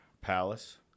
Palace